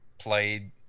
played